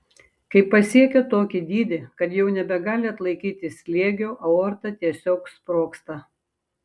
kai pasiekia tokį dydį kad jau nebegali atlaikyti slėgio aorta tiesiog sprogsta